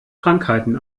krankheiten